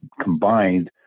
combined